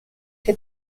che